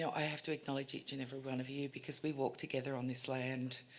i have to acknowledge each and every one of you, because we walk together on this land.